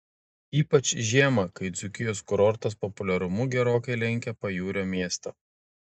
ypač žiemą kai dzūkijos kurortas populiarumu gerokai lenkia pajūrio miestą